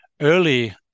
early